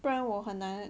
不然我很难